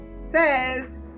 says